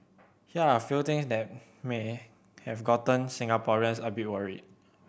here are a few things that may have gotten Singaporeans a bit worried